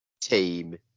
team